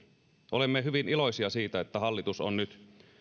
olemme hyvin iloisia siitä että hallitus on nyt